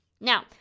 Now